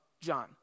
John